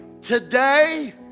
today